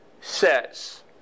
says